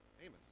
Amos